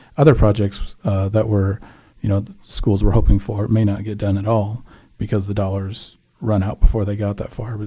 other projects that you know schools were hoping for may not get done at all because the dollars run out before they got that far. but